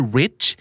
rich